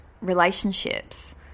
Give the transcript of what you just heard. relationships